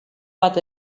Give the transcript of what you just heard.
bat